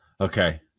okay